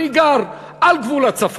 אני גר על גבול הצפון.